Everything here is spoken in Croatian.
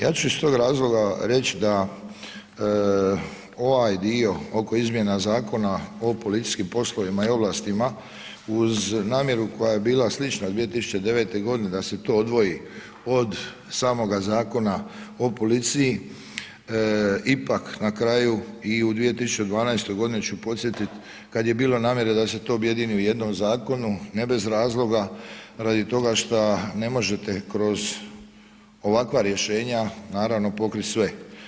Ja ću iz tog razloga reći da ovaj dio oko izmjena Zakona o policijskim poslovima i ovlastima uz namjeru koja je bila slična 2009. godine da se to odvoji od samoga Zakona o policiji ipak na kraju i u 2012. godini ću podsjetit kad je bilo namjere da se to objedini u jednom zakonu ne bez razloga, radi toga šta ne možete kroz ovakva rješenja naravno pokrit sve.